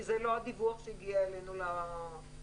זה לא הדיווח שהגיע אלינו לוועדה.